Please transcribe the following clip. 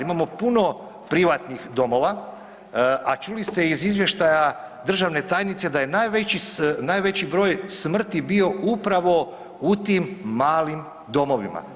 Imamo puno privatnih domova, a čuli ste iz izvještaja državne tajnice da je najveći broj smrti bio upravo u tim malim domovima.